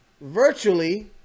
virtually